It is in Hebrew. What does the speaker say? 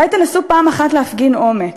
אולי תנסו פעם אחת להפגין אומץ?